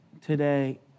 today